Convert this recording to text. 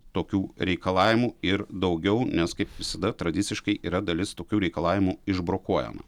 tokių reikalavimų ir daugiau nes kaip visada tradiciškai yra dalis tokių reikalavimų išbrokuojama